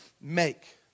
make